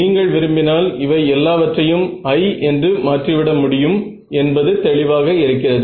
நீங்கள் விரும்பினால் நீங்கள் இவை எல்லா எல்லாவற்றையும் i என்று மாற்றி விட முடியும் என்பது தெளிவாக இருக்கிறது